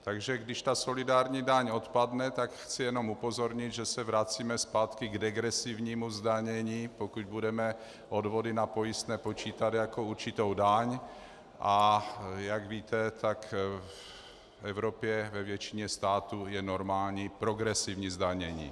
Takže když ta solidární daň odpadne, tak chci jenom upozornit, že se vracíme zpátky k degresivnímu zdanění, pokud budeme odvody na pojistné počítat jako určitou daň, a jak víte, tak v Evropě ve většině států je normální progresivní zdanění.